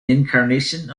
incarnation